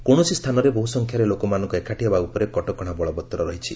କୌଣସି ସ୍ଥାନରେ ବହୁ ସଂଖ୍ୟାରେ ଲୋକମାନଙ୍କ ଏକାଠି ହେବା ଉପରେ କଟକଣା ବଳବତ୍ତର ରହିଛି